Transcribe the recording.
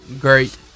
Great